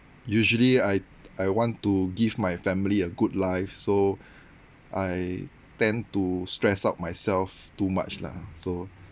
usually I I want to give my family a good life so I tend to stress out myself too much lah so